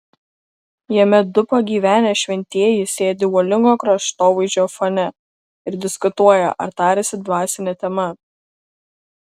jame du pagyvenę šventieji sėdi uolingo kraštovaizdžio fone ir diskutuoja ar tariasi dvasine tema